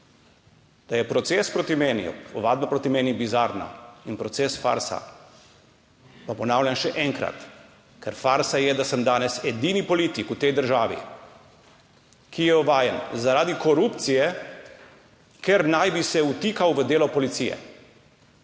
Da je proces proti meni, ovadba proti meni bizarna in proces farsa, pa ponavljam še enkrat. Ker farsa je, da sem danes edini politik v tej državi, ki je ovajen zaradi korupcije, ker naj bi se vtikal v delo policije,